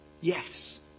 Yes